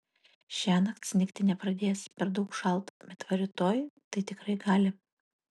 šiąnakt snigti nepradės per daug šalta bet va rytoj tai tikrai gali